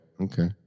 okay